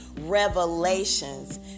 revelations